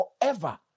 forever